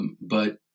but